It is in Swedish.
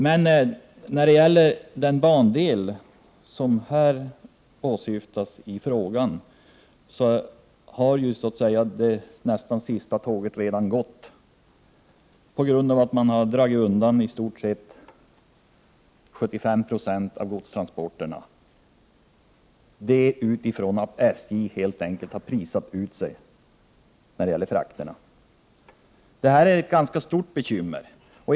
Men när det gäller den bandel som åsyftas i frågan kan man säga att det näst sista tåget redan gått. Ungefär 75 26 av godstransporterna har dragits undan genom att SJ helt enkelt har ”prisat ut sig” i fråga om frakterna. Detta är ett ganska stort bekymmer.